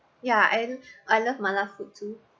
ya and I love mala food too